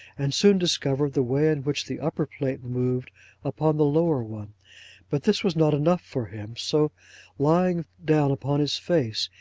and soon discovered the way in which the upper plate moved upon the lower one but this was not enough for him, so lying down upon his face,